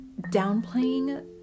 downplaying